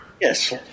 Yes